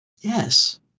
yes